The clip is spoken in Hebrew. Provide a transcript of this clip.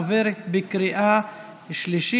עברה בקריאה שלישית,